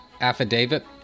Affidavit